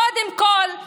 קודם כול,